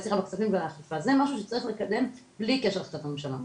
זה משהו שנצטרך לקדם בלי קשר להחלטת ממשלה.